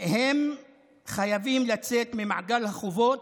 הם חייבים לצאת ממעגל החובות,